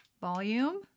volume